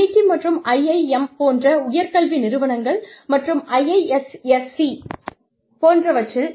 IIT மற்றும் IIM போன்ற உயர்கல்வி நிறுவனங்கள் மற்றும் IISC போன்றவற்றில்